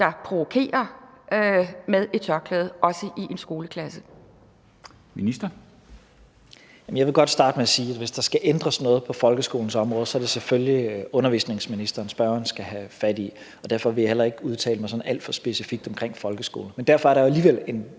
og integrationsministeren (Mattias Tesfaye): Jeg vil godt starte med at sige, at hvis der skal ændres noget på folkeskolens område, så er det selvfølgelig undervisningsministeren, spørgeren skal have fat i, og derfor vil jeg heller ikke udtale mig alt for specifikt om folkeskolen. Men derfor er der jo alligevel en